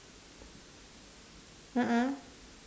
a'ah